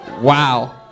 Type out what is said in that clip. Wow